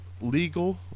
legal